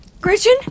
Gretchen